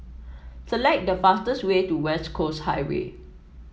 select the fastest way to West Coast Highway